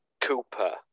Cooper